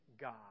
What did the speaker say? God